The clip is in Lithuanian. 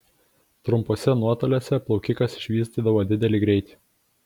trumpuose nuotoliuose plaukikas išvystydavo didelį greitį